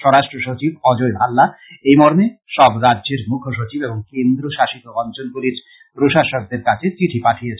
স্বরাষ্ট্র সচিব অজয় ভাল্লা এই মর্মে সব রাজ্যের মুখ্যসচিব এবং কেন্দ্রীয় শাসিত অঞ্চল গুলির প্রশাসকদের কাছে চিঠি পাঠিয়েছেন